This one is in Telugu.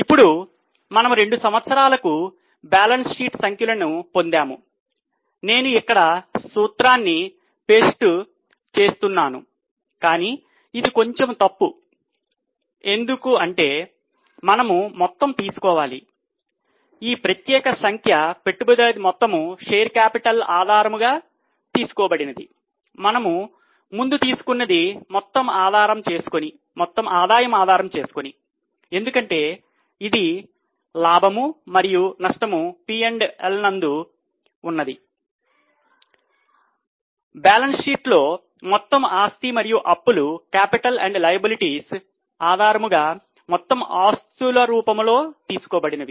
ఇప్పుడు మనము రెండు సంవత్సరాలకు మిగులు పత్రము నందు ఉన్నది